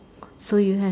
so you have